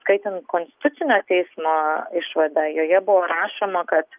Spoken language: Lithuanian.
skaitant konstitucinio teismo išvadą joje buvo rašoma kad